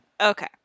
Okay